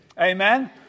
Amen